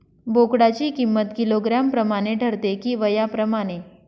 बोकडाची किंमत किलोग्रॅम प्रमाणे ठरते कि वयाप्रमाणे?